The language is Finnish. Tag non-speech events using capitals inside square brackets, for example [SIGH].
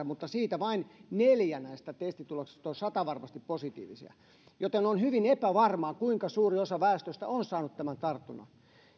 [UNINTELLIGIBLE] mutta vain neljä näistä testituloksista ovat satavarmasti positiivisia joten on hyvin epävarmaa kuinka suuri osa väestöstä on saanut tämän tartunnan